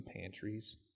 pantries